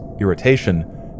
irritation